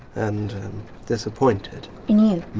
and disappointed. in you?